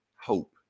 Hope